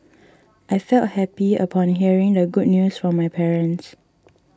I felt happy upon hearing the good news from my parents